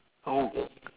oh